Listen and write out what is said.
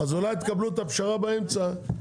אז אולי תקבלו את הפשרה באמצע.